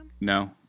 No